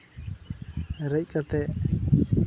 ᱨᱮᱡ ᱠᱟᱛᱮᱫ